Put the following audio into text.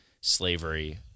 slavery